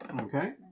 Okay